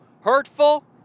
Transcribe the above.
hurtful